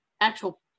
actual